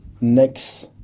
next